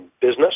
business